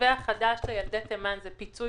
שהמתווה החדש של ילדי תימן זה פיצוי